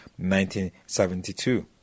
1972